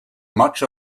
much